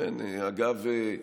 אגב,